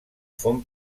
font